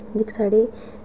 जेह्ड़े साढ़े